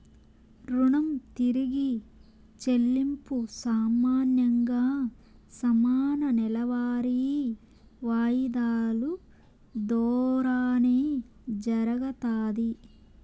రుణం తిరిగి చెల్లింపు సామాన్యంగా సమాన నెలవారీ వాయిదాలు దోరానే జరగతాది